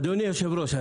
אדוני יושב הראש,